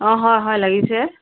অ হয় হয় লাগিছে